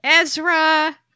Ezra